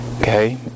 Okay